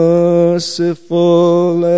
Merciful